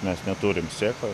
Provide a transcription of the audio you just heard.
mes neturim cecho